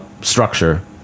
structure